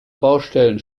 baustellen